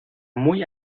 muy